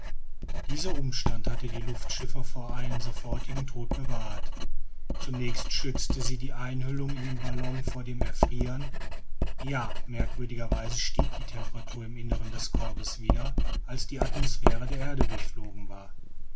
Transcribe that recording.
dieser umstand hatte die luftschiffer vor einem sofortigen tod bewahrt zunächst schützte sie die einhüllung in den ballon vor dem erfrieren ja merkwürdigerweise stieg die temperatur im inneren des korbes wieder als die atmosphäre der erde durchflogen war